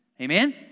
Amen